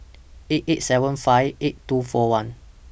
eight eight seven five eight two four one